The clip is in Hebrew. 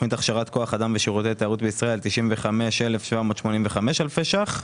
תוכנית הכשרת כוח אדם ושירותי תיירות בישראל 95,785 אלפי ש"ח,